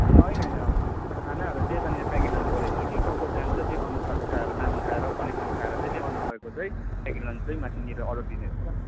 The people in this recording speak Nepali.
ए होइन होइन खानाहरू चाहिँ यता नै प्याकेट लन्च गरेको थियो कि को को जान्छ त्योअनुसार उठाएर नाम उठाएर कलेक्सन उठाएर चाहिँ त्यहीअनुसारको चाहिँ प्याकेट लन्च माथिनिर अर्डर दिने रहेछ